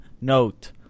note